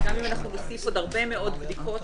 גם אם נוסיף עוד הרבה מאוד בדיקות,